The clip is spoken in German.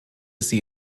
sie